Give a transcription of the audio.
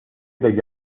tegi